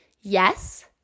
yes